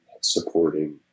supporting